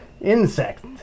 insect